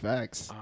Facts